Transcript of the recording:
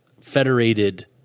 federated